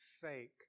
fake